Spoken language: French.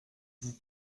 vous